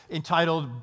entitled